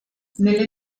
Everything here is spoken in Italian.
nelle